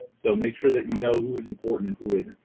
so make sure that you know who is important and who isn't.